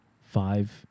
five